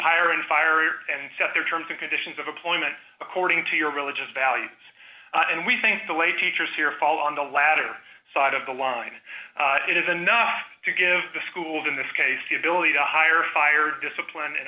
hire and fire and set their terms and conditions of appointment according to your religious values and we think the way teachers here fall on the latter side of the line it is enough to give the schools in this case the ability to hire fire discipline and